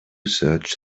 search